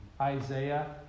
Isaiah